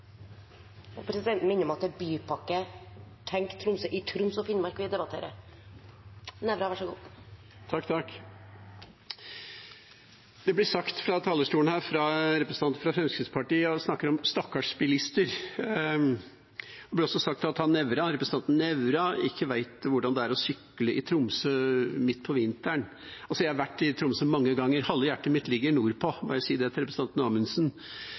Bypakke Tenk Tromsø i Troms og Finnmark vi debatterer. På talerstolen her, fra representanter fra Fremskrittspartiet, snakkes det om «stakkars bilister». Det blir også sagt at representanten Nævra vet ikke hvordan det er å sykle i Tromsø midt på vinteren. Altså, jeg har vært i Tromsø mange ganger, halve hjertet mitt ligger nordpå. Jeg må si til representanten Amundsen